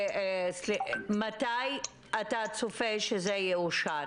מתי אתה צופה שזה יאושר?